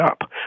up